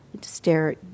stare